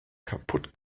kaputt